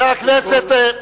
מה זו הסחיטה הזאת?